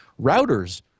routers